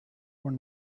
when